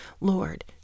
Lord